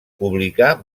publicà